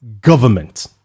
government